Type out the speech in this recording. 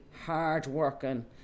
hard-working